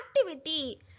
Activity